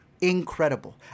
incredible